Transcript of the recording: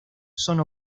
son